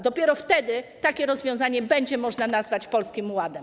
Dopiero wtedy takie rozwiązanie będzie można nazwać Polskim Ładem.